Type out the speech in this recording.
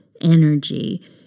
energy